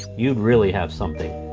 you'd really have something.